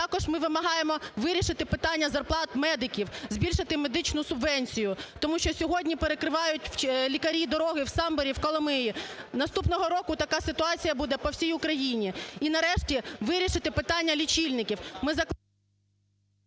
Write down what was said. Також ми вимагаємо вирішити питання зарплат медиків, збільшити медичну субвенцію, тому що сьогодні перекривають лікарі дороги в Самборі, в Коломиї. Наступного року така ситуація буде по всій Україні. І, нарешті, вирішити питання лічильників.